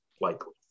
likely